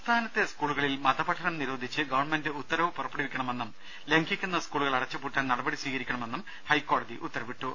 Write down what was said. സംസ്ഥാനത്തെ സ്കൂളുകളിൽ മതപഠനം നിരോധിച്ച് ഗവൺമെന്റ് ഉത്തരവ് പുറപ്പെടുവിക്കണമെന്നും ലംഘിക്കുന്ന സ്കൂളുകൾ അടച്ചുപൂട്ടാൻ നടപടി സ്വീകരിക്കണമെന്നും ഹൈക്കോടതി ഉത്തരവിട്ടു